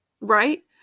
Right